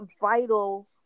vital